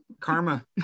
karma